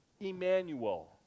Emmanuel